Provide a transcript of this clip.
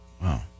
Wow